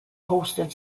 hosted